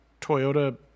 Toyota